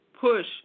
push